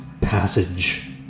passage